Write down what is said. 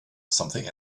something